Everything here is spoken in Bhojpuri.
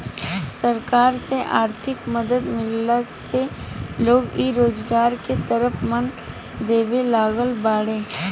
सरकार से आर्थिक मदद मिलला से लोग इ रोजगार के तरफ मन देबे लागल बाड़ें